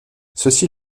ceci